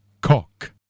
Cock